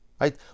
Right